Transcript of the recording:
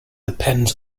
depends